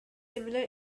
similar